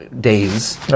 days